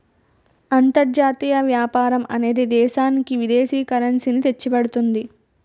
అంతర్జాతీయ వ్యాపారం అనేది దేశానికి విదేశీ కరెన్సీ ని తెచ్చిపెడుతుంది